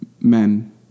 men